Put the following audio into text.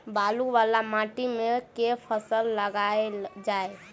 बालू वला माटि मे केँ फसल लगाएल जाए?